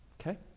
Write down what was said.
okay